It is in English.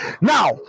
Now